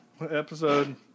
Episode